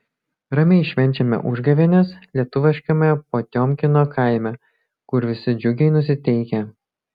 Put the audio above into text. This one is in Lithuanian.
ramiai švenčiame užgavėnes lietuviškame potiomkino kaime kur visi džiugiai nusiteikę